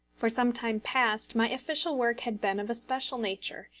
for some time past my official work had been of a special nature,